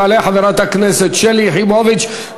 תעלה חברת הכנסת שלי יחימוביץ.